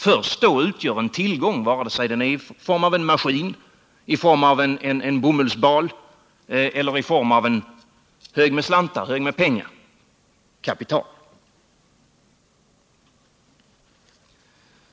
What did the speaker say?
Först då utgör en tillgång — vare sig den är i form av en maskin, en bomullsbal eller en hög med pengar — kapital.